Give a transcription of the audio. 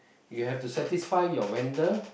you have to satisfy your vendor